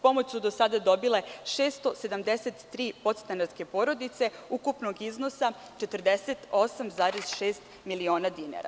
Pomoć su do sada dobile 673 podstanarske porodice, ukupnog iznosa 48,6 miliona dinara.